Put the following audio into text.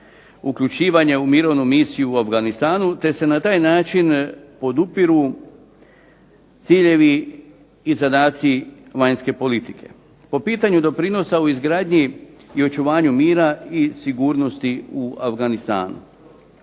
uključivanje u mirovnu misiju u Afganistanu te se na taj način podupiru ciljevi i zadaci vanjske politike. Po pitanju doprinosa u izgradnji i očuvanju mira i sigurnosti u Afganistanu